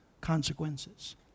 consequences